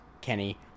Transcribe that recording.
Kenny